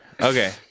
Okay